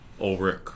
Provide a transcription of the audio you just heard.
Ulrich